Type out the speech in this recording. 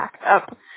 backup